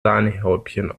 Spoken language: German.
sahnehäubchen